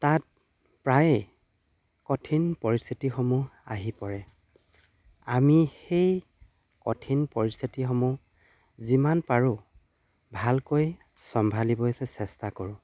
তাত প্ৰায়েই কঠিন পৰিস্থিতিসমূহ আহি পৰে আমি সেই কঠিন পৰিস্থিতিসমূহ যিমান পাৰোঁ ভালকৈ চম্ভালিব চেষ্টা কৰোঁ